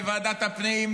לוועדת הפנים,